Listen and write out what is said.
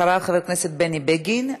אחריו, חבר הכנסת בני בגין.